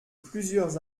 plusieurs